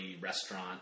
restaurant